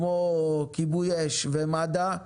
כמו כיבוי אש ומד"א.